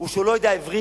או שהוא לא יודע עברית,